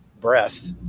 Breath